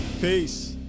Peace